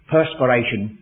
Perspiration